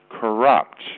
corrupt